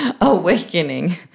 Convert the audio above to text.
awakening